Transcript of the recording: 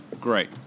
great